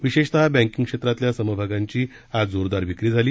विशेषतः बँकिंग क्षेत्रातल्या समभागांची आज जोरदार विक्री झाली